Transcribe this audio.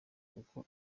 kuko